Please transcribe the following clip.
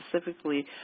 specifically